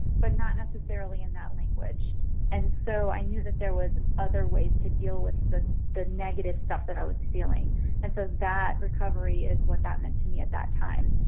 but not necessarily in that language and so i knew that there was other ways to deal with the the negative stuff that i was feeling and so that recovery is what that meant to me at that time.